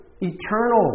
eternal